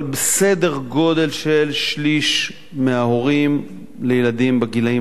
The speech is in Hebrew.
אבל סדר-גודל של שליש מההורים לילדים בגילים